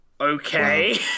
Okay